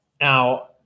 Now